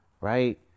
right